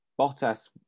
Bottas